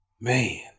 Man